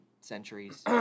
centuries